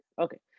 Okay